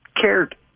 cared